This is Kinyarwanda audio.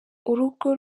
urugo